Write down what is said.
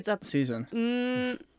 season